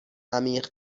عمیق